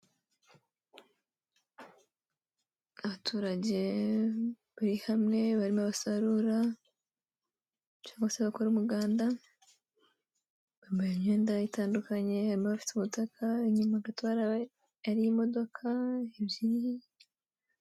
Abaturage bari hamwe barimo basarura cyangwa se bakora umuganda, bambaye imyenda itandukanye, hrimo abafite umutaka, inyuma gato hari imodoka ebyiri.